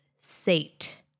Sate